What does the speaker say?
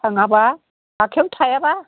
थाङाबा आखाइयावनो थायाबा